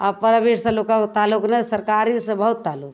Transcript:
आब प्राइवेटसँ लोकके ताल्लुक नहि सरकारीसँ बहुत ताल्लुक